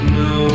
no